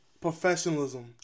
professionalism